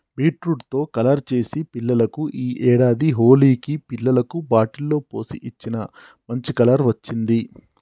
beetroot తో colour చేసి పిల్లలకు ఈ ఏడాది హోలికి పిల్లలకు బాటిల్ లో పోసి ఇచ్చిన, మంచి కలర్ వచ్చింది